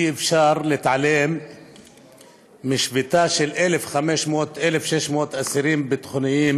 אי-אפשר להתעלם משביתה של 1,600-1,500 אסירים ביטחוניים,